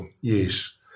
Yes